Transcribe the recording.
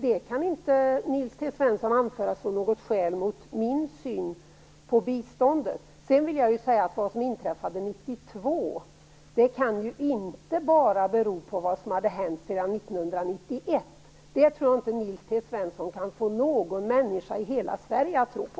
Det kan inte Nils T Svensson anföra som något skäl mot min syn på biståndet. Vad som inträffade 1992 kan inte bara bero på vad som hade hänt sedan 1991. Det tror jag inte att Nils T Svensson kan få någon människa i hela Sverige att tro på.